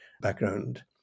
background